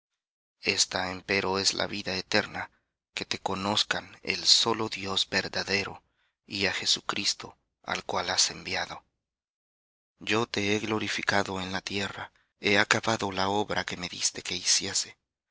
diste esta empero es la vida eterna que te conozcan el solo dios verdadero y á jesucristo al cual has enviado yo te he glorificado en la tierra he acabado la obra que me diste que hiciese